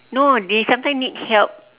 no they sometimes need help